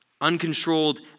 uncontrolled